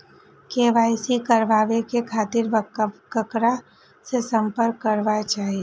KYC कराबे के खातिर ककरा से संपर्क करबाक चाही?